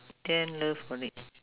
then love for it